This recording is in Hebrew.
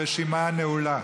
הרשימה נעולה.